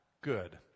good